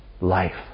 life